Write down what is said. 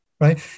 right